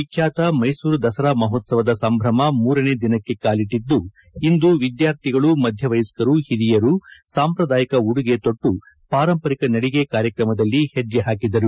ವಿಖ್ಯಾತ ಮೈಸೂರು ದಸರಾ ಮಹೋತ್ಸವದ ಸಂಭ್ರಮ ಮೂರನೇ ದಿನಕ್ಕೆ ಕಾಲಿಟ್ಲಿದ್ದು ಇಂದು ವಿದ್ಯಾರ್ಥಿಗಳು ಮಧ್ಯವಯಸ್ಕರು ಹಿರಿಯರು ಸಾಂಪ್ರದಾಯಿಕ ಉಡುಗೆ ತೊಟ್ಟು ಪಾರಂಪರಿಕ ನಡಿಗೆ ಕಾರ್ಯಕ್ರಮದಲ್ಲಿ ಹೆಜ್ಜೆ ಹಾಕಿದರು